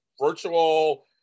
virtual